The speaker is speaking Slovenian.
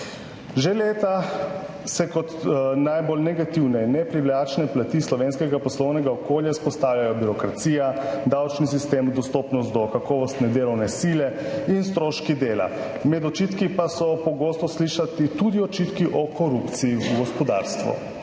Že leta se kot najbolj negativne in neprivlačne plati slovenskega poslovnega okolja izpostavljajo birokracija, davčni sistem, dostopnost do kakovostne delovne sile in stroški dela, med očitki pa so pogosto slišani tudi očitki o korupciji v gospodarstvu.